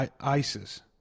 ISIS